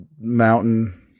mountain